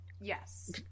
yes